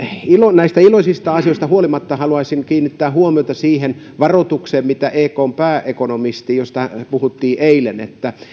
näistä iloisista asioista huolimatta haluaisin kiinnittää huomiota siihen ekn pääekonomistin varoitukseen josta puhuttiin eilen että